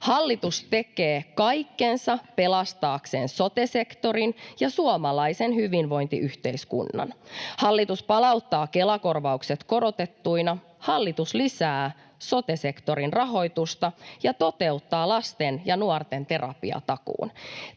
Hallitus tekee kaikkensa pelastaakseen sote-sektorin ja suomalaisen hyvinvointiyhteiskunnan. Hallitus palauttaa Kela-korvaukset korotettuina, hallitus lisää sote-sektorin rahoitusta ja toteuttaa lasten ja nuorten terapiatakuun.